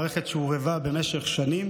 זו מערכת שהורעבה במשך שנים